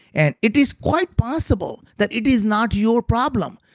and it is quite possible, that it is not your problem.